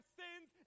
sins